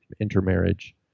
intermarriage